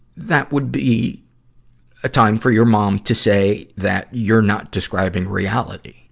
that would be a time for your mom to say that you're not describing reality.